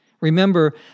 Remember